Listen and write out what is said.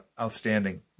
outstanding